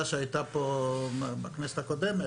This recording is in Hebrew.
של אבי דיכטר שהייתה פה בכנסת הקודמת,